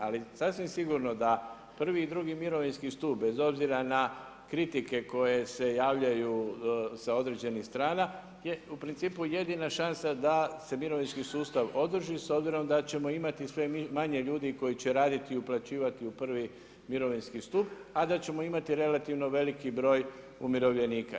Ali sasvim sigurno da prvi i drugi mirovinski stup bez obzira na kritike koje se javljaju sa određenih strana je u principu jedina šansa da se mirovinski sustav održi s obzirom da ćemo imati sve manje ljudi koji će raditi i uplaćivati u prvi mirovinski stup, a da ćemo imati relativno veliki broj umirovljenika.